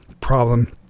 problem